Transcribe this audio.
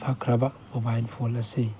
ꯐꯈ꯭ꯔꯕ mobile phone ꯑꯁꯤ